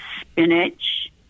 spinach